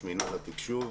ראש מינהל התקשוב,